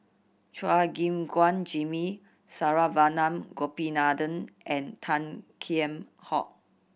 Chua Gim Guan Jimmy Saravanan Gopinathan and Tan Kheam Hock